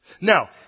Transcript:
Now